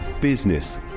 Business